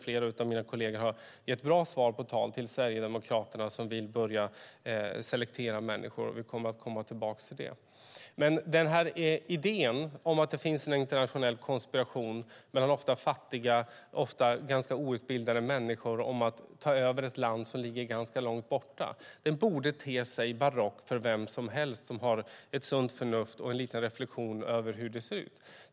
Flera av mina kolleger har gett bra svar på tal till Sverigedemokraterna, som vill börja selektera människor. Vi kommer tillbaka till detta. Idén om att det finns en internationell konspiration mellan ofta fattiga, ofta ganska outbildade människor om att ta över ett land som ligger ganska långt borta, borde te sig barock för vem som helst som har ett sunt förnuft och en liten reflexion över hur det ser ut.